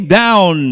down